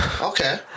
Okay